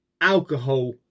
alcohol